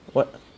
what